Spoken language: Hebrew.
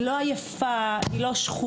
היא לא עייפה, היא לא שחוקה.